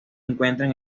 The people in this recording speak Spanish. encuentran